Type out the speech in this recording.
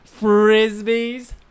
frisbees